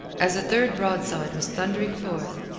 as a third broadside was thundering forth,